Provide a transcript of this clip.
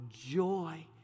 joy